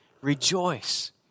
Rejoice